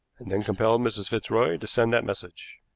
and then compelled mrs. fitzroy to send that message.